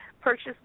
Purchase